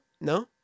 No